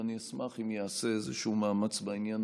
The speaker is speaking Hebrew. ואני אשמח אם ייעשה איזשהו מאמץ בעניין